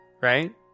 right